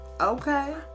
Okay